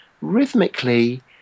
rhythmically